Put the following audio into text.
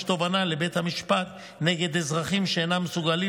תובענה לבית המשפט נגד אזרחים שאינם מסוגלים